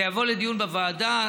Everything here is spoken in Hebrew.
זה יבוא לדיון בוועדה,